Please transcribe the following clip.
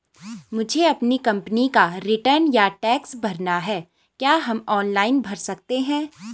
मुझे अपनी कंपनी का रिटर्न या टैक्स भरना है क्या हम ऑनलाइन भर सकते हैं?